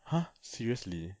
!huh! seriously